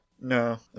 No